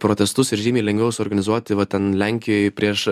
protestus ir žymiai lengviau suorganizuoti va ten lenkijoj prieš